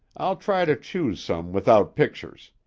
i'll try to choose some without pictures.